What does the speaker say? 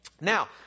Now